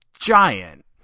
giant